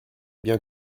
bien